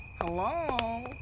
Hello